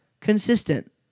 consistent